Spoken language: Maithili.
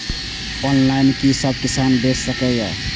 ऑनलाईन कि सब किसान बैच सके ये?